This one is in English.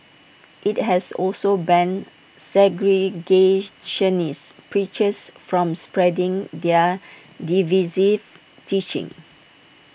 IT has also banned segregationist preachers from spreading their divisive teachings